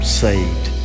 saved